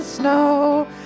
snow